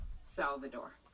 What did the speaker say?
Salvador